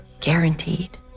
guaranteed